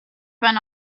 went